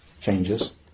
changes